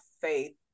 faith